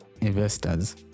investors